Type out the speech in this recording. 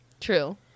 True